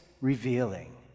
revealing